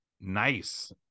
nice